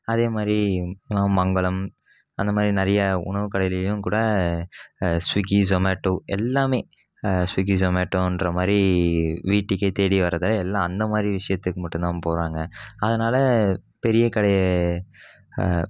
அதே மாதிரி உணவு மங்களம் அந்த மாதிரி நிறைய உணவு கடைலேயும் கூட ஸ்விகி ஸொமேட்டோ எல்லாமே ஸ்விகி ஸொமேட்டோகிற மாதிரி வீட்டுக்கே தேடி வரதை எல்லாம் அந்த மாதிரி விஷயத்துக்கு மட்டும்தான் போகிறாங்க அதனால் பெரிய கடையே